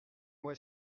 moi